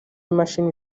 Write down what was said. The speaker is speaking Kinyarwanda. imashini